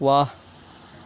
واہ